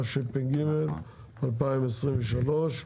התשפ"ג-2023,